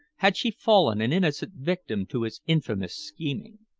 had she fallen an innocent victim to his infamous scheming?